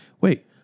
wait